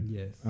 Yes